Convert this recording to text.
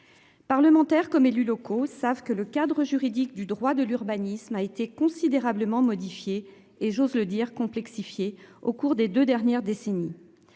Parlementaire comme élus locaux savent que le cadre juridique du droit de l'urbanisme a été considérablement modifié et j'ose le dire complexifiée au cours des 2 dernières décennies.